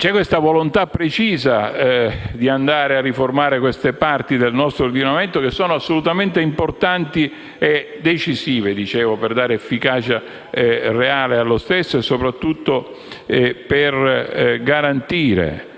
la volontà precisa di andare a riformare queste parti del nostro ordinamento, che sono assolutamente importanti e decisive per dare efficacia reale allo stesso e soprattutto per garantire